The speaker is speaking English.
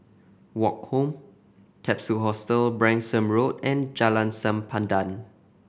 Woke Home Capsule Hostel Branksome Road and Jalan Sempadan